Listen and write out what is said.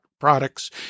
products